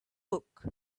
book